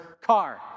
car